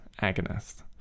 agonist